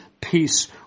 peace